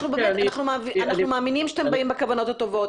אנחנו מאמינים שאתם באים בכוונות טובות,